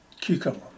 cucumber